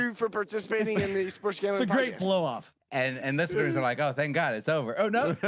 um for participating in the first gets a great blow off and and this is and like oh thank god it's over. oh no